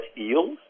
eels